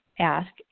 ask